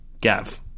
Gav